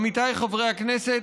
עמיתיי חברי הכנסת,